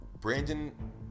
brandon